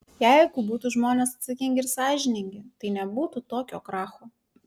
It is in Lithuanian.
jeigu būtų žmonės atsakingi ir sąžiningi tai nebūtų tokio kracho